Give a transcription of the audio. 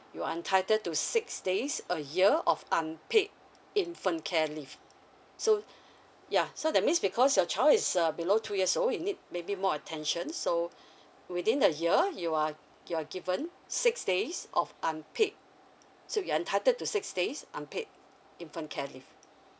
you're entitled to six days a year of unpaid infant care leave so yeah so that means because your child is a below two years you need maybe more attention so within that year you are you are given six days of unpaid so you're entitled to six days unpaid infant care leave